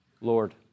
Lord